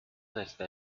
desde